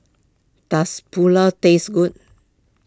does Pulao tastes good